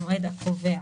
המועד הקובע).